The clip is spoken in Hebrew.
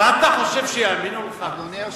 ואתה חושב שיאמינו לך.